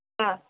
हाँ